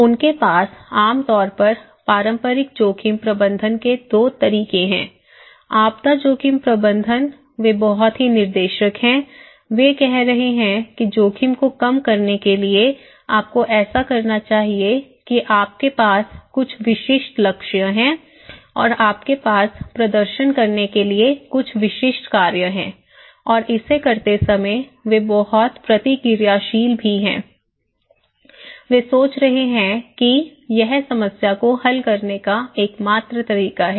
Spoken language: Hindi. उनके पास आम तौर पर पारंपरिक जोखिम प्रबंधन के 2 तरीके हैं आपदा जोखिम प्रबंधन वे बहुत ही निर्देशक हैं वे कह रहे हैं कि जोखिम को कम करने के लिए आपको ऐसा करना चाहिए कि आपके पास कुछ विशिष्ट लक्ष्य हैं और आपके पास प्रदर्शन करने के लिए कुछ विशिष्ट कार्य हैं और इसे करते समय वे बहुत प्रतिक्रियाशील भी हैं वे सोच रहे हैं कि यह समस्या को हल करने का एकमात्र तरीका है